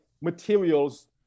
materials